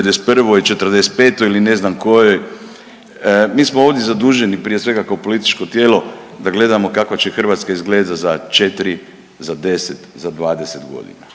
'91., '45. ili ne znam kojoj. Mi smo ovdje zaduženi prije svega kao političko tijelo da gledamo kako će Hrvatska izgledati za 4, za 10, za 20 godina.